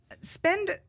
Spend